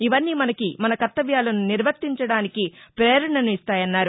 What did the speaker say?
ఇవన్నీ మనకి మన కర్తవ్యాలను నిర్వర్తించడానికి పేరణను ఇస్తాయన్నారు